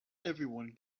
everyone